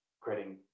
creating